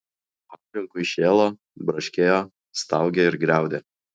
aplinkui šėlo braškėjo staugė ir griaudė